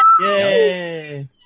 Yay